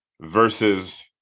versus